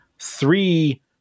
three